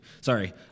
Sorry